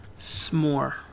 S'more